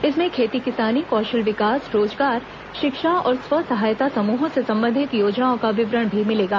इसमें खेती किसानी कौशल विकास रोजगार शिक्षा और स्व सहायता समूहों से संबंधित योजनाओं का विवरण भी मिलेगा